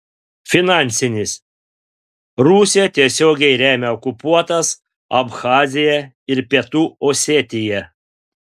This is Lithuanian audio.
finansinis rusija tiesiogiai remia okupuotas abchaziją ir pietų osetiją